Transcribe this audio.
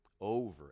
over